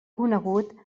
conegut